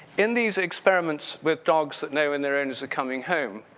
in these experiments with dogs that know when their owners are coming home,